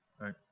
right